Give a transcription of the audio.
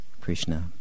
Krishna